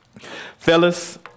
Fellas